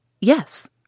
Yes